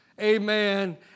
amen